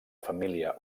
família